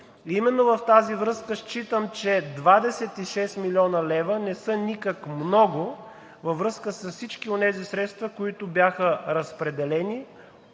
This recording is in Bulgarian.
Именно в тази връзка считам, че 26 млн. лв. не са никак много във връзка с всички онези средства, които бяха разпределени,